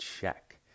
check